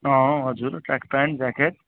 हजुर track pant jacket